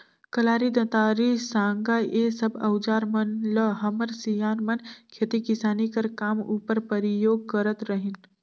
कलारी, दँतारी, साँगा ए सब अउजार मन ल हमर सियान मन खेती किसानी कर काम उपर परियोग करत रहिन